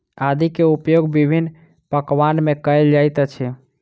आदी के उपयोग विभिन्न पकवान में कएल जाइत अछि